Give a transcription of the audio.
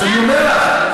אז אני אומר לך,